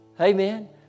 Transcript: Amen